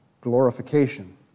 glorification